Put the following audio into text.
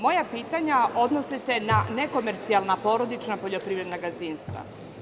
Moja pitanja odnose se na nekomercijalna porodična poljoprivredna gazdinstva.